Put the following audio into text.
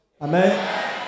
Amen